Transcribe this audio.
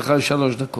לך יש שלוש דקות.